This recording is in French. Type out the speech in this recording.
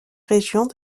régions